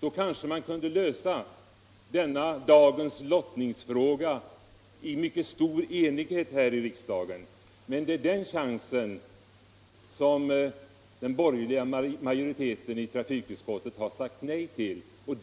Då kanske man kunde lösa dagens lottningsfråga i mycket stor enighet här i riksdagen. Men den chansen har den borgerliga majoriteten i trafikutskottet sagt nej till. Att man